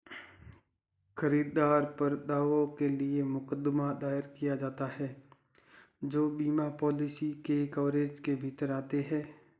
खरीदार पर दावों के लिए मुकदमा दायर किया जाता है जो बीमा पॉलिसी के कवरेज के भीतर आते हैं